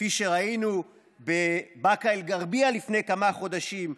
כפי שראינו בבאקה אל-גרבייה לפני כמה חודשים,